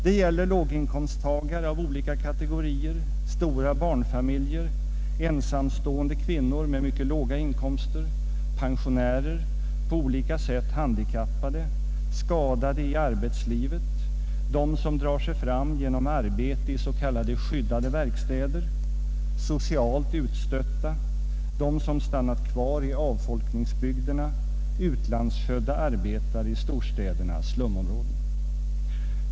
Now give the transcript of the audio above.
Det gäller låginkomsttagare av olika kategorier, stora barnfamiljer, ensamstående kvinnor med mycket låga inkomster, pensionärer, på olika sätt handikappade, skadade i arbetslivet, dem som drar sig fram genom arbete i s.k. skyddade verkstäder, socialt utstötta, dem som stannat kvar i avfolkningsbygderna, utlandsfödda arbetare i storstädernas slumområden.